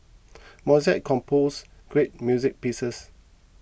Mozart composed great music pieces